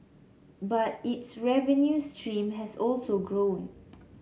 but its revenue stream has also grown